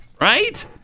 Right